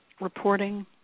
Reporting